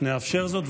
נאפשר זאת,